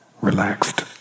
relaxed